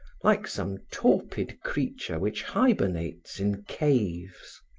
like some torpid creature which hibernates in caves.